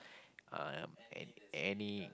um an any